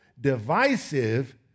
divisive